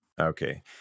Okay